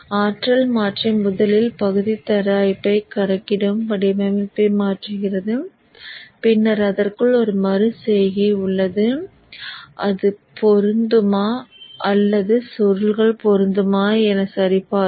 ஆற்றல் மாற்றி முதலில் பகுதி தயாரிப்பைக் கணக்கிடும் வடிவமைப்பை மாற்றுகிறது பின்னர் அதற்குள் ஒரு மறு செய்கை உள்ளது அது பொருந்துமா அல்லது சுருள்கள் பொருந்துமா என்பதைச் சரிபார்க்கும்